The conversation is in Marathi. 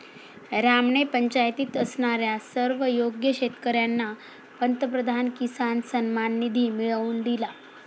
रामने पंचायतीत असणाऱ्या सर्व योग्य शेतकर्यांना पंतप्रधान किसान सन्मान निधी मिळवून दिला